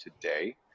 today